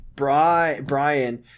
brian